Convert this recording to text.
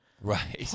Right